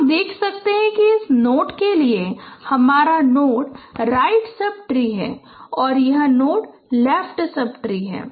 तो हम देख सकते हैं कि इस नोड के लिए हमारा नोड राइट सब ट्री है और यह नोड लेफ्ट सब ट्री है